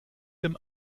dem